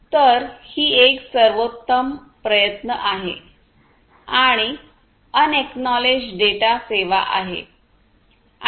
तर ही एक सर्वोत्तम प्रयत्न आणि अनएकनॉलेज डेटा सेवा आहे